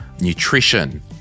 nutrition